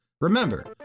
Remember